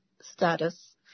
status